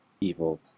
evil